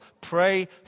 pray